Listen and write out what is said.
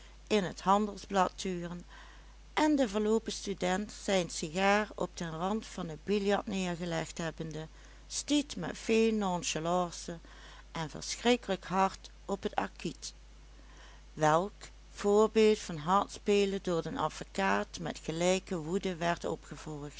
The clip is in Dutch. in t handelsblad turen en de verloopen student zijn sigaar op den rand van t biljart neergelegd hebbende stiet met veel nonchalance en verschrikkelijk hard op t acquit welk voorbeeld van hard spelen door den advocaat met gelijke woede werd opgevolgd